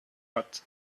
hat